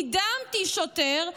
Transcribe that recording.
קידמתי שוטר",